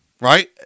right